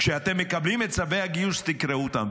כשאתם מקבלים את צווי הגיוס תקרעו אותם.